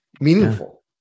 meaningful